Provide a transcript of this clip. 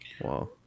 wow